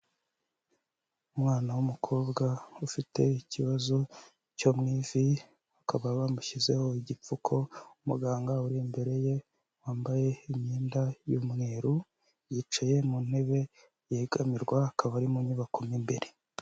Umwana w'umukobwa ufite ikibazo cyo mu ivi, bakaba bamushyizeho igipfuko, muganga uri imbere ye wambaye imyenda y'umweru yicaye mu ntebe yegamirwa, akaba ari mu nyubako mu imbere.